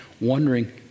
wondering